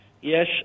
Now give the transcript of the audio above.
Yes